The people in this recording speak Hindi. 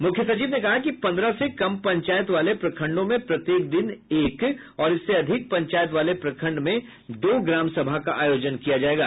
मुख्य सचिव ने कहा कि पन्द्रह से कम पंचायत वाले प्रखंडों में प्रत्येक दिन एक और इससे अधिक पंचायत वाले प्रखंड में दो ग्राम सभा का आयोजन किया जायेगा